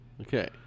Okay